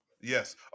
yes